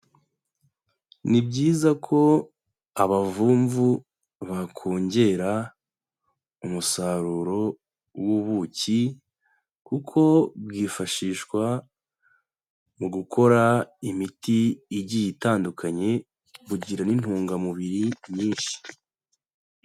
Ni byiza ko abavumvu bakongera umusaruro w'ubuki kuko bwifashishwa mu gukora imiti igiye itandukanye, bugira n'intungamubiri nyinshi.